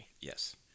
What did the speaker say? Yes